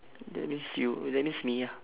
that means you oh that means me ah